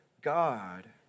God